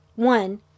One